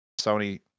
Sony